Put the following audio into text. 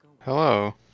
Hello